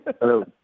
Hello